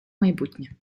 майбутнє